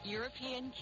European